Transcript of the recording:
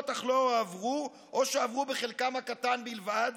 אך לא הועברו או שהועברו בחלקן הקטן בלבד?